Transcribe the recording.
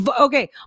Okay